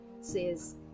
says